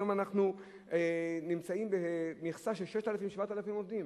היום אנחנו נמצאים במכסה של 6,000 7,000 עובדים.